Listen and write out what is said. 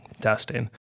testing